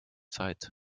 zeit